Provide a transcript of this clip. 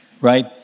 right